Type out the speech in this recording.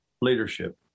leadership